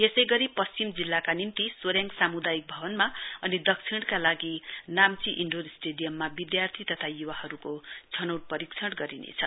यसै गरी पश्चिम जिल्ला का निम्ति सोरेङ सामुदायिक भवनमा अनि दक्षिणका लागि नाम्ची इन्डोर स्टेडियममा विद्यार्थी तथा युवाहरूको छनौट परीक्षण गरिनेछ